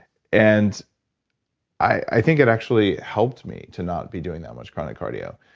and i think it actually helped me to not be doing that much chronic cardio.